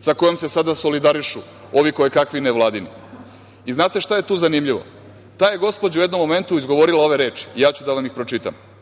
sa kojom se sada solidarišu ovi koje kakvi nevladini i znate šta je tu zanimljivo. Ta je gospođa u jednom momentu izgovorila ove reči, pročitaću